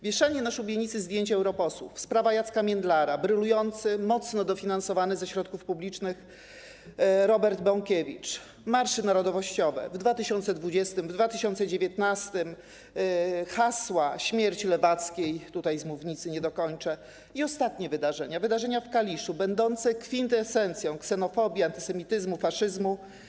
Wieszanie na szubienicy zdjęć europosłów, sprawa Jacka Międlara, brylujący, mocno dofinansowany ze środków publicznych Robert Bąkiewicz, marsze narodowościowe w 2020 r., w 2019 r., hasła „Śmierć lewackiej...” - tutaj z mównicy nie dokończę - i ostatnie wydarzenia, wydarzenia w Kaliszu, będące kwintesencją ksenofobii, antysemityzmu, faszyzmu.